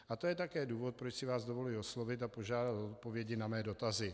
A to je také důvod proč si vás dovoluji oslovit a požádat o odpovědi na své dotazy.